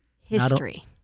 History